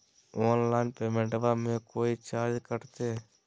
Online पेमेंटबां मे कोइ चार्ज कटते?